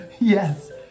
yes